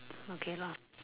okay lah